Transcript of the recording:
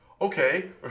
okay